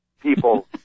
people